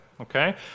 okay